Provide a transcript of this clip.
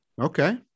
Okay